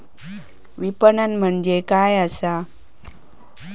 विपणन म्हणजे काय असा?